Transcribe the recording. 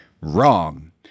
Wrong